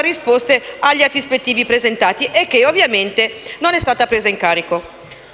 risposta agli atti ispettivi presentati, e che ovviamente non è stato preso in carico.